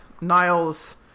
Niles